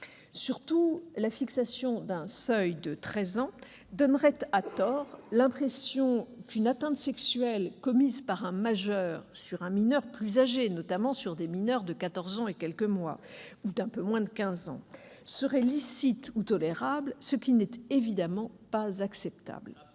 Surtout, la fixation d'un seuil de treize ans donnerait, à tort, l'impression qu'une atteinte sexuelle commise par un majeur sur un mineur plus âgé, notamment sur des mineurs de quatorze ans et quelques mois ou d'un peu moins de quinze ans, serait licite ou tolérable, ce qui n'est évidemment pas acceptable.